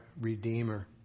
Redeemer